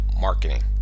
marketing